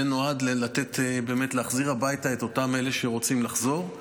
זה נועד להחזיר הביתה את אותם אלה שרוצים לחזור.